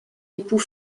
époux